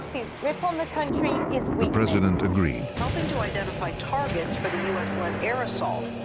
grip on the kind of president agreed. helping to identify targets for the u s led air assault.